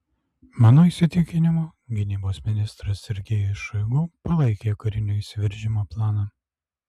mano įsitikinimu gynybos ministras sergejus šoigu palaikė karinio įsiveržimo planą